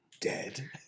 dead